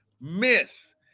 miss